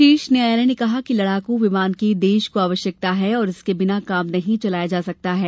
शीर्ष न्यायालय ने कहा कि लड़ाकू विमान की देश को आवश्यकता है और इनके बिना काम नहीं चलाया जा सकता है